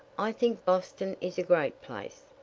i think boston is a great place,